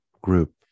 group